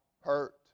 hurt